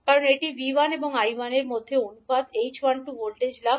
কারণ এটি 𝐕1 এবং 𝐈1 এর মধ্যে অনুপাত 𝐡12 ভোল্টেজ লাভ